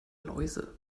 läuse